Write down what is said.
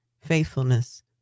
faithfulness